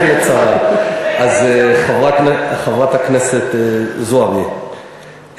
חברי חברי הכנסת המרובים,